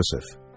Joseph